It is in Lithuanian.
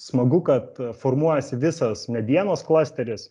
smagu kad formuojasi visas medienos klasteris